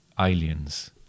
aliens